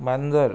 मांजर